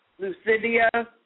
Lucidia